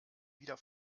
wieder